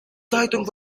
zeitung